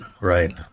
right